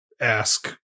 ask